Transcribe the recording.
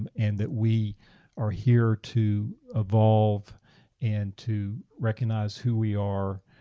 and and that we are here to evolve and to recognize who we are,